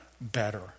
Better